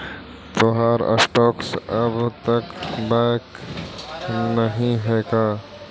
तोहार स्टॉक्स अब तक बाइक नही हैं का